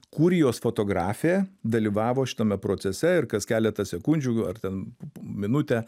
kurijos fotografė dalyvavo šitame procese ir kas keletą sekundžių ar ten minutę